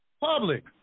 Public